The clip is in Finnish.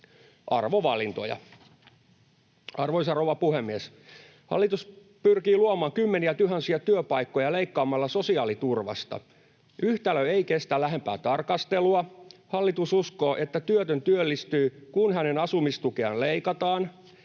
Arvovalintoja. Arvoisa rouva puhemies! Hallitus pyrkii luomaan kymmeniätuhansia työpaikkoja leikkaamalla sosiaaliturvasta. Yhtälö ei kestä lähempää tarkastelua. Hallitus uskoo, että työtön työllistyy, kun hänen asumistukeaan leikataan.